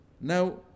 now